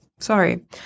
sorry